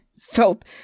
felt